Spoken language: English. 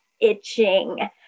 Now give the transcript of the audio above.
itching